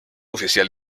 oficial